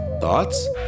Thoughts